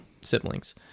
siblings